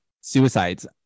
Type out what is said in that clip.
suicides